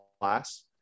class